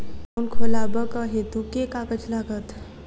Account खोलाबक हेतु केँ कागज लागत?